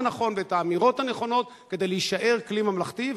הנכון ואת האמירות הנכונות כדי להישאר כלי ממלכתי.